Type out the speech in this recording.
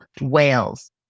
whales